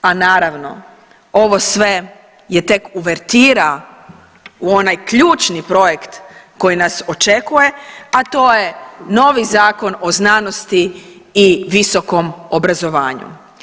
A naravno ovo sve je tek uvertira u onaj ključni projekt koji nas očekuje, a to je novi Zakon o znanosti i visokom obrazovanju.